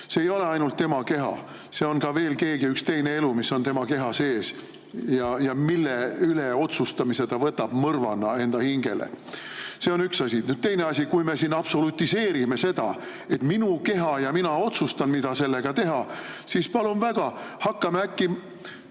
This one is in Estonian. See ei ole ainult tema keha. On veel keegi ja üks teine elu, mis on tema keha sees, mille üle otsustamise ta võtab mõrvana enda hingele. See on üks asi. Teine asi, kui te siin absolutiseerite seda, et minu keha ja mina otsustan, mida sellega teha, siis palun väga, hakkame äkki